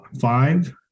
five